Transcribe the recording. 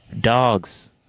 dogs